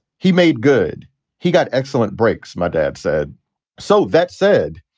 he made good he got excellent breaks. my dad said so. that said,